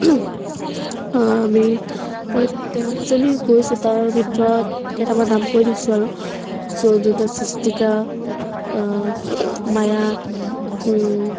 আমি পয় তেত্ৰিছজনী গৈছোঁ তাৰ ভিতৰত কেইটামান নাম কৈ দিছোঁ আৰু সুৰঞ্জনা সৃষ্টিকা মায়া